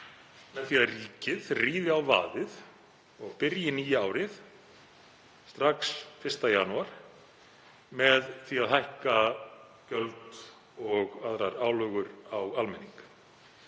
með því að ríkið ríði á vaðið og byrji nýja árið, strax 1. janúar, með því að hækka gjöld og aðrar álögur á almenning.